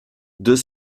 deux